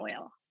oil